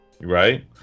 right